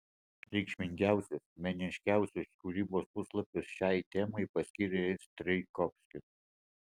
reikšmingiausius meniškiausius kūrybos puslapius šiai temai paskyrė ir strijkovskis